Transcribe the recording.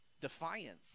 defiance